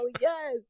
yes